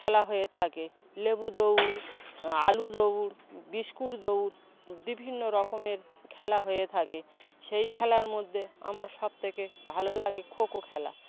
খেলা হয়ে থাকে লেবু দৌড় আলু দৌড় বিস্কুট দৌড় বিভিন্ন রকমের খেলা হয়ে থাকে সেই খেলার মধ্যে আমার সব থেকে ভালো লাগে খোখো খেলা